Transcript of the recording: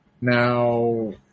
Now